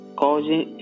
causing